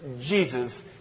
Jesus